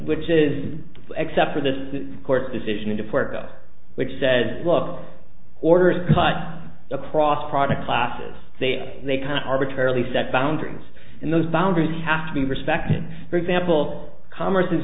which is except for this court decision to puerto which said look orders cut across product classes they they kind of arbitrarily set boundaries and those boundaries have to be respected for example commerce is